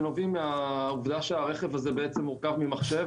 שנובעים מהעובדה שהרכב מורכב ממחשב,